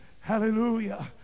hallelujah